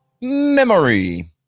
Memory